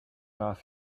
off